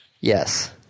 Yes